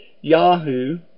Yahoo